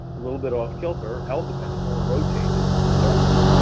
a little bit off kilter, held the pencil and rotated the circle?